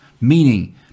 meaning